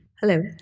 Hello